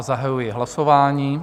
Zahajuji hlasování.